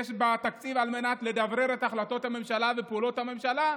שיש בה תקציב על מנת לדברר את החלטות הממשלה ואת פעולות הממשלה,